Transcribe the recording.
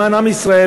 למען עם ישראל,